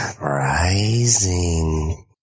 rising